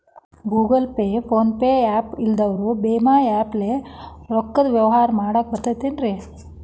Google Pay, PhonePe app ಇಲ್ಲದವರು ಭೇಮಾ app ಲೇ ರೊಕ್ಕದ ವ್ಯವಹಾರ ಮಾಡಾಕ್ ಬರತೈತೇನ್ರೇ?